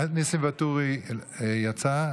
ניסים ואטורי יצא,